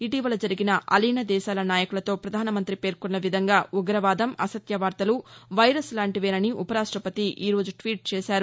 ఇటీవల జరిగిన అలీన దేశాల నాయకులతో పధానమంతి పేర్కొన్న విధంగా ఉగ్రవాదం అసత్య వార్తలు వైరస్ లాంటివేనని ఉప రాష్టపతి ఈ రోజు ట్వీట్ చేశారు